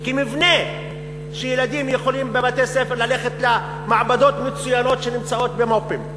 כי ילדים בבתי-ספר יכולים ללכת למעבדות מצוינות שנמצאות במו"פים,